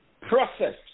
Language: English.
process